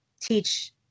teach